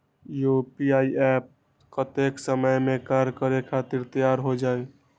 UPI app कतेइक समय मे कार्य करे खातीर तैयार हो जाई?